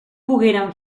pogueren